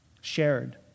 shared